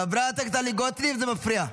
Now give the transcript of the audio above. חברת הכנסת טלי גוטליב, זה מפריע.